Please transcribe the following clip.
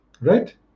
right